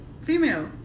Female